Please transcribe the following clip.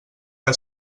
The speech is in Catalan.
que